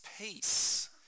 peace